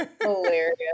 Hilarious